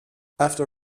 after